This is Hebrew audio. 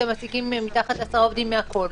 המעסיקים עם מתחת ל-10 עובדים מהכל.